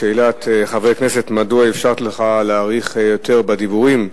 לשאלת חבר הכנסת מדוע אפשרתי לך להאריך יותר בדברים.